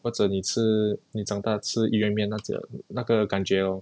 或者你吃你长大吃鱼圆面那种那个感觉 lor